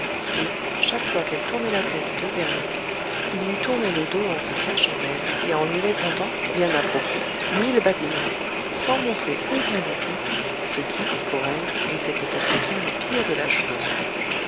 et chaque fois qu'elle tournait la tête devers lui il lui tournait le dos en se cachant d'elle et en lui répondant bien à propos mille badineries sans montrer aucun dépit ce qui pour elle était peut-être bien le pire de la chose